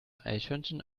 eichhörnchen